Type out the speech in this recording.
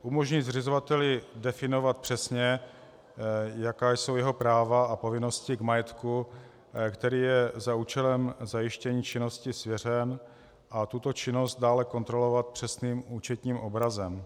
Umožní zřizovateli definovat přesně, jaká jsou jeho práva a povinnosti k majetku, který je za účelem zajištění činnosti svěřen, a tuto činnost dále kontrolovat přesným účetním obrazem.